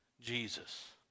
Jesus